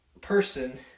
person